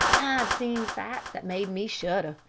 i've seen sights that made me shudder,